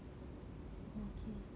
oh okay